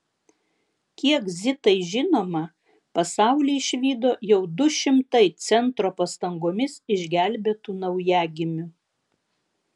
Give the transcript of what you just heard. kiek zitai žinoma pasaulį išvydo jau du šimtai centro pastangomis išgelbėtų naujagimių